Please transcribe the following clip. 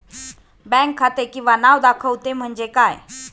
Bank खाते किंवा नाव दाखवते म्हणजे काय?